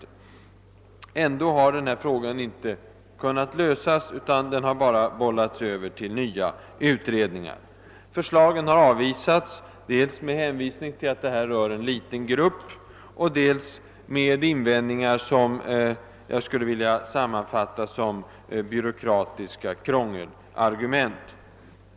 Men ändå har frågan inte kunnat lösas, utan den har bollats över till nya utredningar. Förslagen har avvisats dels med hänvisning till att det här gäller en liten grupp, dels med invändningar som jag skulle vilja beteckna som byråkratiska krångelargument.